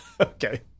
Okay